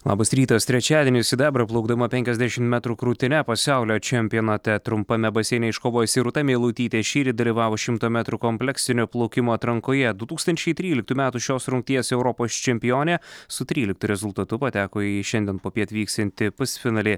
labas rytas trečiadienį sidabrą plaukdama penkiasdešim metrų krūtine pasaulio čempionate trumpame baseine iškovojusi rūta meilutytė šįryt dalyvavo šimto metrų kompleksinio plaukimo atrankoje du tūkstančiai tryliktų metų šios rungties europos čempionė su tryliktu rezultatu pateko į šiandien popiet vyksiantį pusfinalį